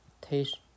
taste